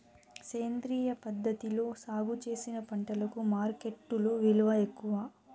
సేంద్రియ పద్ధతిలో సాగు చేసిన పంటలకు మార్కెట్టులో విలువ ఎక్కువ